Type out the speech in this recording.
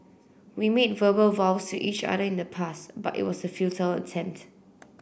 we made verbal vows to each other in the past but it was a futile attempt